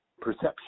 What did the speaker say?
perception